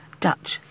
Dutch